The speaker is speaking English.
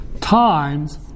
times